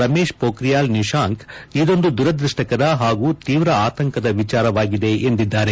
ರಮೇಶ್ ಪೋಕ್ರಿಯಾಲ್ ನಿಶಾಂಕ್ ಇದೊಂದು ದುರುದೃಷ್ಷಕರ ಹಾಗೂ ತೀವ್ರ ಆತಂಕದ ವಿಚಾರವಾಗಿದೆ ಎಂದಿದ್ದಾರೆ